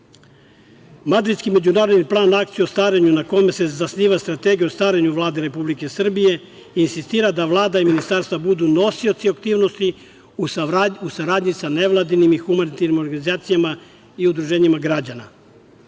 međunarodni plan akcije o starenju, na kome se zasniva Strategija o starenju Vlade Republike Srbije insistira da Vlada i ministarstva budu nosioci aktivnosti u saradnji sa nevladinim i humanitarnim organizacijama i udruženjima građana. Savez